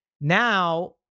Now